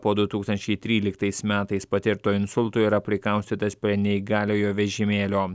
po du tūkstančiai tryliktais metais patirto insulto yra prikaustytas prie neįgaliojo vežimėlio